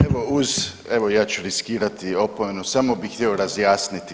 Evo uz evo ja ću riskirati opomenu, samo bih htio razjasniti.